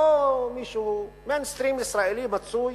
לא מישהו, "מיינסטרים" ישראלי מצוי.